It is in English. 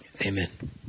Amen